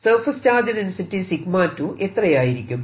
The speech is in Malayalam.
സർഫേസ് ചാർജ് ഡെൻസിറ്റി 𝜎2 എത്രയായിരിക്കും